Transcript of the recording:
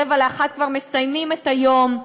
12:45 מסיימים את היום,